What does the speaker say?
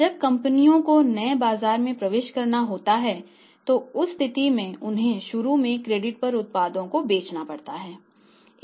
जब कंपनियों को नए बाजारों में प्रवेश करना होता है तो उस स्थिति में उन्हें शुरू में क्रेडिट पर उत्पादों को बेचना पड़ता है